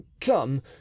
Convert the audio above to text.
Come